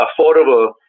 affordable